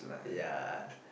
ya